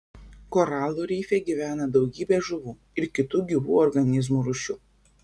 koralų rife gyvena daugybė žuvų ir kitų gyvų organizmų rūšių